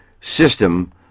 system